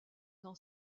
dans